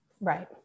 Right